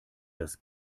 das